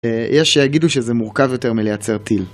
יש שיגידו שזה מורכב יותר מלייצר טיל.